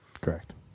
Correct